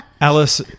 Alice